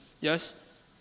yes